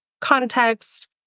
context